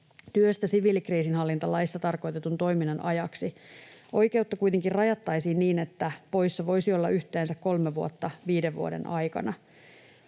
työstä siviilikriisinhallintalaissa tarkoitetun toiminnan ajaksi. Oikeutta kuitenkin rajattaisiin niin, että poissa voisi olla yhteensä 3 vuotta 5 vuoden aikana.